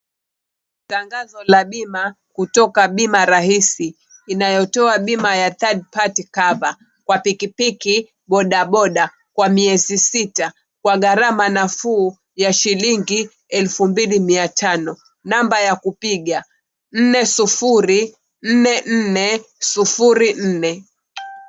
Tangazo la bima kutoka bima rahisi inayotoa bima ya third party cover kwa pikipiki, bodaboda kwa miezi sita kwa gharama nafuu ya shilingi elfu mbili mia tano. Namba ya kupiga, nne, sufuri, nne, nne, sufuri, nne.